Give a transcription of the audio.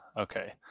Okay